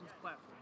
platform